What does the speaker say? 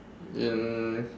in